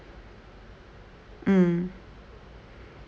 mm